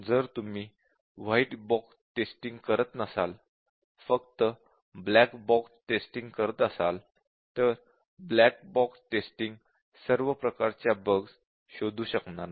जर तुम्ही white box testing करत नसाल फक्त ब्लॅक बॉक्स टेस्टिंग कराल तर ब्लॅक बॉक्स टेस्टिंग सर्व प्रकारच्या बग्स शोधू शकणार नाही